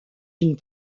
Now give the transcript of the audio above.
une